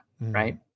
right